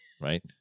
Right